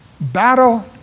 battle